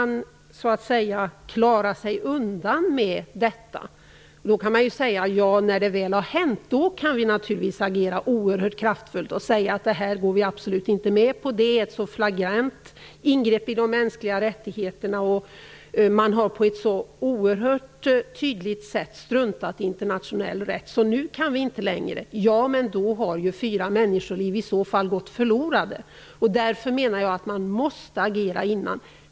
När det väl har skett, kan vi naturligtvis säga att det här går vi absolut inte med på. Det är ett så flagrant ingrepp i de mänskliga rättigheterna och man har på ett så oerhört tydligt sätt struntat i internationell rätt, så nu kan vi inte längre .... osv. Men då har fyra människoliv gått förlorade. Därför menar jag att man måste agera innan.